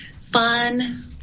fun